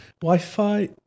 Wi-Fi